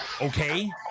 okay